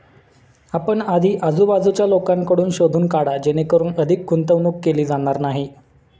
आपण आधी आजूबाजूच्या लोकांकडून शोधून काढा जेणेकरून अधिक गुंतवणूक केली जाणार नाही